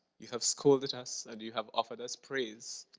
you have scolded us and you have offered us praise.